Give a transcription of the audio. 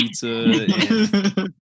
pizza